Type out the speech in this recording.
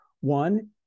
One